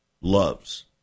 loves